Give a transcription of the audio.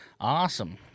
awesome